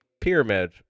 pyramid